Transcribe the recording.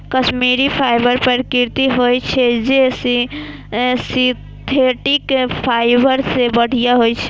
Kashmiri fibre प्राकृतिक होइ छै, जे सिंथेटिक फाइबर सं बढ़िया होइ छै